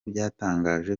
byatangaje